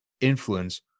influence